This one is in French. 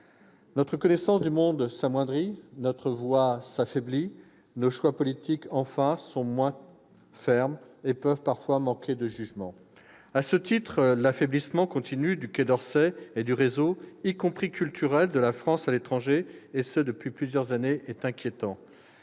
notre connaissance du monde s'amoindrit, notre voix s'affaiblit, nos choix politiques, enfin, sont moins fermes et peuvent parfois manquer de jugement. À ce titre, l'affaiblissement continu du Quai d'Orsay et du réseau, y compris culturel, de la France à l'étranger, et ce depuis plusieurs années, est inquiétant.